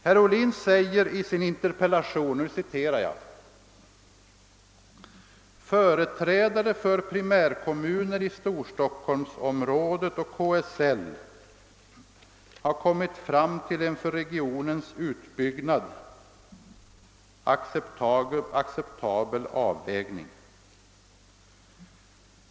Herr Ohlin säger i sin interpellation att »företrädare för primärkommuner i Storstockholmsområdet och KSL kommit fram till en för regionens utbyggnad acceptabel avvägning.